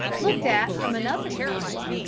looked at from another side,